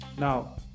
Now